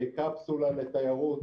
כקפסולה לתיירות